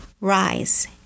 rise